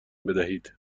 بدهید